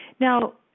Now